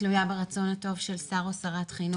תלויה ברצון הטוב של שר או שרת חינוך,